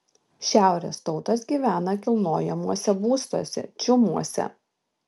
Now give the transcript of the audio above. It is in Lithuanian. šiaurės tautos gyvena kilnojamuose būstuose čiumuose